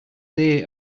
day